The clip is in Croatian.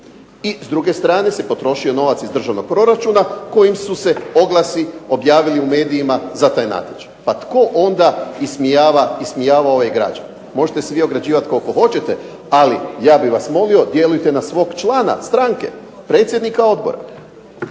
I s druge strane se potrošio novac iz državnog proračuna kojim su se oglasi objavili u medijima za taj natječaj. Pa tko onda ismijava ove građane? Možete se vi ograđivati koliko hoćete. Ali ja bih vas molio djelujte na svog člana stranke, predsjednika odbora.